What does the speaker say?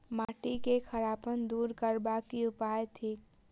माटि केँ खड़ापन दूर करबाक की उपाय थिक?